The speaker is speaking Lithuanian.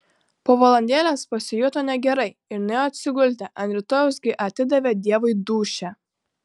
po valandėlės pasijuto negerai ir nuėjo atsigulti ant rytojaus gi atidavė dievui dūšią